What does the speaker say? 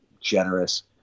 generous